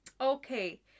Okay